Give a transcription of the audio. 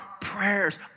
prayers